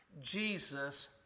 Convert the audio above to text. Jesus